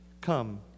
come